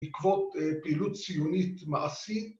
בעקבות פעילות ציונית מעשית